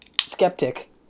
skeptic